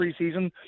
preseason